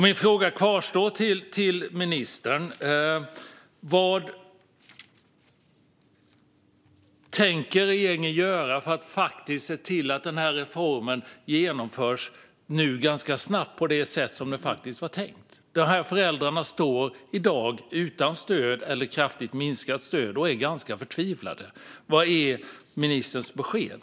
Min fråga till ministern kvarstår: Vad tänker regeringen göra för att faktiskt se till att den här reformen genomförs nu, ganska snabbt, och på det sätt som det faktiskt var tänkt? De här föräldrarna står i dag utan stöd eller med ett kraftigt minskat stöd och är ganska förtvivlade. Vad är ministerns besked?